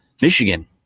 Michigan